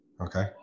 Okay